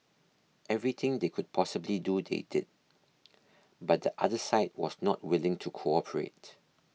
everything they could possibly do they did but the other side was not willing to cooperate